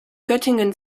göttingen